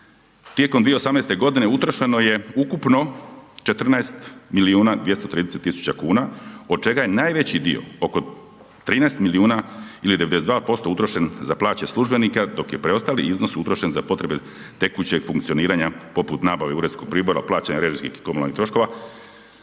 tijekom 2018. godine utrošeno je ukupno 14.230.000 kuna od čega je najveći dio oko 13 milijuna ili 92% utrošen za plaće službenika dok je preostali iznos utrošen za potrebe tekućeg funkcioniranja poput nabave uredskog pribora, plaćanje režijskih i komunalnih troškova,